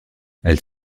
elle